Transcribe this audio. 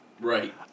Right